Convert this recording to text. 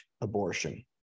abortion